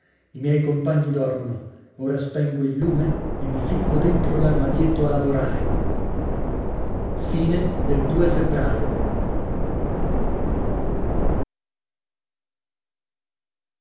i miei compagni dormono ora spengo il lume e mi ficco dentro l'armadietto a lavorare febbraio